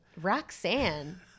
Roxanne